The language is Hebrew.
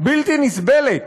בלתי נסבלת